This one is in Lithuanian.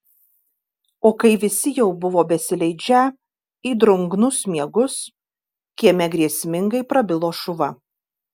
o kai visi jau buvo besileidžią į drungnus miegus kieme grėsmingai prabilo šuva